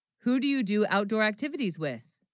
who, do you, do outdoor, activities with